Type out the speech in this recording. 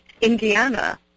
Indiana